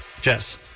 Jess